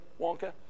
Wonka